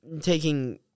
taking –